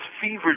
fever